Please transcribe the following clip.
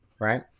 right